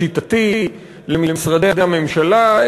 שיטתי למשרדי הממשלה,